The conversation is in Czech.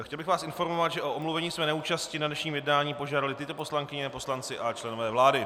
Chtěl bych vás informovat, že o omluvení své neúčasti na dnešním jednání požádaly tyto poslankyně, poslanci a členové vlády.